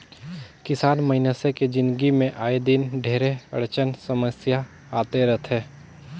किसान मइनसे के जिनगी मे आए दिन ढेरे अड़चन समियसा आते रथे